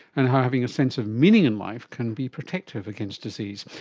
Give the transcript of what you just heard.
and how having a sense of meaning in life can be protective against disease.